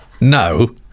no